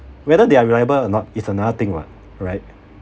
whether they are reliable or not is another thing [what} right